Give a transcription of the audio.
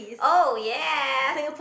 oh ya